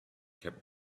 kept